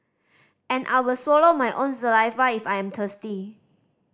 and I will swallow my own saliva if I am thirsty